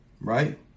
right